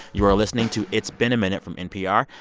you're listening to it's been a minute from npr.